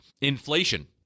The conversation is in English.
inflation